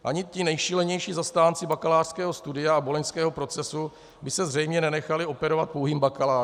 Ani ti nejšílenější zastánci bakalářského studia a boloňského procesu by se zřejmě nenechali operovat pouhým bakalářem.